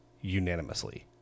unanimously